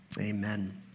amen